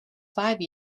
five